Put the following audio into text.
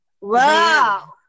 Wow